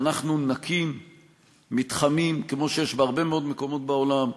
שאנחנו נקים מתחמים כמו שיש בהרבה מאוד מקומות בעולם,